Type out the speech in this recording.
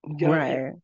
Right